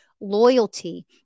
loyalty